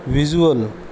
visual